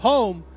Home